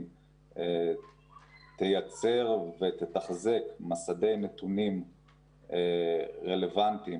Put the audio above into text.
תייצר ותתחזק מסדי נתונים רלוונטיים